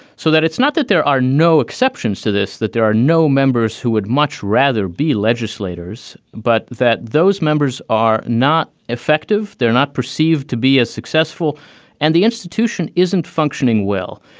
so that it's not that there are no exceptions to this, that there are no members who would much rather be legislators, but that those members are not effective. they're not. perceived to be as successful and the institution isn't functioning well,